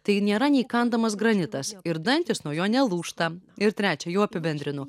tai nėra neįkandamas granitas ir dantys nuo jo nelūžta ir trečia jau apibendrinu